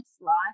life